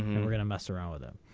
gonna mess around with them